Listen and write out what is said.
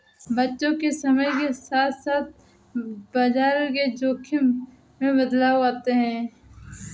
बच्चों समय के साथ साथ बाजार के जोख़िम में बदलाव आते हैं